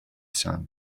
son